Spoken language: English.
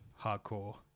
hardcore